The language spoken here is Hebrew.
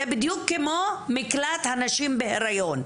זה בדיוק כמו מקלט לנשים בהריון,